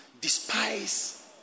despise